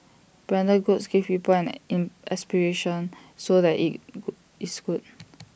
branded goods give people an in aspiration so that is good